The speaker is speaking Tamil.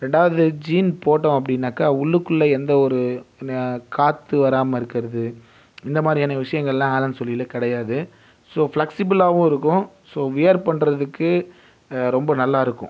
ரெண்டாவது ஜீன் போட்டோம் அப்படின்னாக்கா உள்ளுக்குள்ளே எந்த ஒரு காற்று வராமல் இருக்கிறது இந்த மாதிரியான விஷயங்கள்லாம் ஆலன் சோலியில் கிடையாது ஸோ ஃப்லக்ஸிபுல்லாகவும் இருக்கும் ஸோ வியர் பண்ணுகிறதுக்கு ரொம்ப நல்லா இருக்கும்